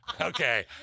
Okay